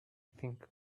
think